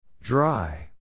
Dry